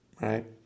right